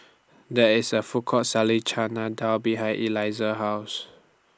There IS A Food Court Selling Chana Dal behind Eliza's House